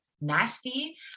Nasty